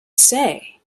say